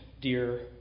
dear